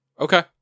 Okay